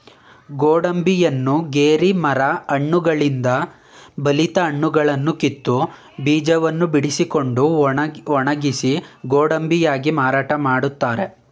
ಗೋಡಂಬಿಯನ್ನ ಗೇರಿ ಮರ ಹಣ್ಣುಗಳಿಂದ ಬಲಿತ ಹಣ್ಣುಗಳನ್ನು ಕಿತ್ತು, ಬೀಜವನ್ನು ಬಿಡಿಸಿಕೊಂಡು ಒಣಗಿಸಿ ಗೋಡಂಬಿಯಾಗಿ ಮಾರಾಟ ಮಾಡ್ತರೆ